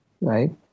Right